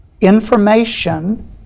information